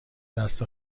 دست